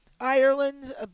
Ireland